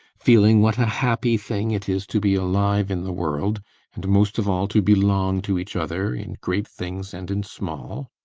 feeling what a happy thing it is to be alive in the world and most of all to belong to each other in great things and in small.